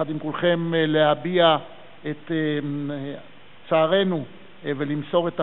יחד עם כולכם להביע את צערנו ולמסור את